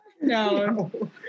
no